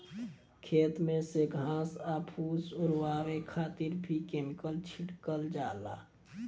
खेत में से घास आ फूस ओरवावे खातिर भी केमिकल छिड़कल जाला